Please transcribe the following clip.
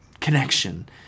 connection